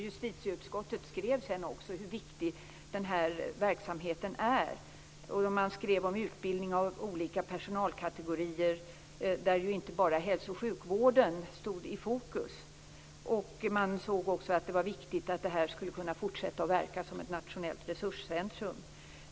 Justitieutskottet skrev sedan hur viktig denna verksamhet är. Man skrev om utbildning av olika personalkategorier där ju inte bara hälso och sjukvården stod i fokus. Man ansåg också att det var viktigt att detta skulle kunna fortsätta att verka som ett nationellt resurscentrum.